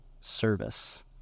service